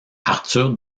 arthur